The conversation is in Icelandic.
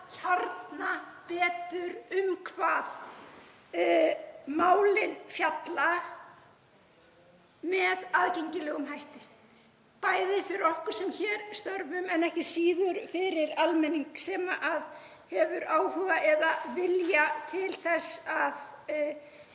kjarna um hvað málin fjalla með aðgengilegum hætti, bæði fyrir okkur sem hér störfum en ekki síður fyrir almenning sem hefur áhuga eða vilja til þess að